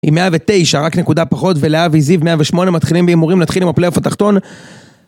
עם 109 רק נקודה פחות ולהבי זיו 108 מתחילים והימורים להתחיל עם הפלאוף התחתון